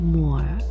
more